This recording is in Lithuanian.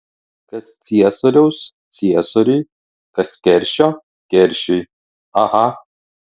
kas ciesoriaus ciesoriui kas keršio keršiui aha